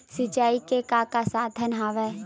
सिंचाई के का का साधन हवय?